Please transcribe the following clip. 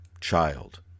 child